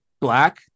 black